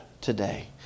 today